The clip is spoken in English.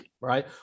right